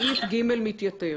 סעיף (ג) מתייתר.